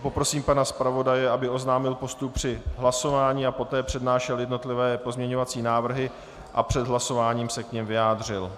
Poprosím pana zpravodaje, aby oznámil postup při hlasování a poté přednášel jednotlivé pozměňovací návrhy a před hlasováním se k nim vyjádřil.